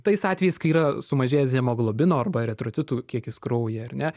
tais atvejais kai yra sumažėjęs hemoglobino arba eritrocitų kiekis kraujyje ar ne